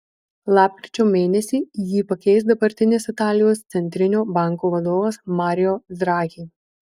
lapkričio mėnesį jį pakeis dabartinis italijos centrinio banko vadovas mario draghi